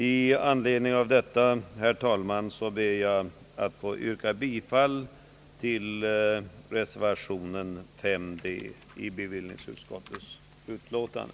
I anledning av detta, herr talman, ber jag att få yrka bifall till reservation 6 i bevillningsutskottets betänkande.